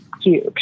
huge